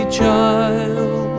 child